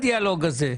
לי יש דירה נוספת.